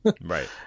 Right